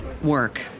Work